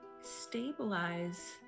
stabilize